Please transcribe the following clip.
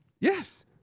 Yes